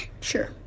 sure